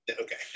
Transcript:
Okay